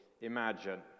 imagine